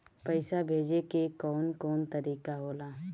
पइसा भेजे के कौन कोन तरीका होला?